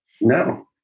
No